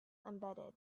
embedded